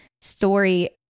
story